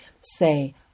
say